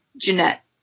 Jeanette